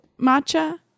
matcha